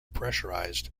pressurized